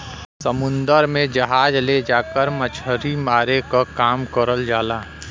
समुन्दर में जहाज ले जाके मछरी मारे क काम करल जाला